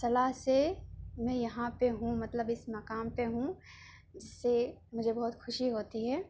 صلاح سے میں یہاں پہ ہوں مطلب اس مقام پہ ہوں جس سے مجھے بہت خوشی ہوتی ہے